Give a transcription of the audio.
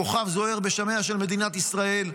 כוכב זוהר בשמיה של מדינת ישראל,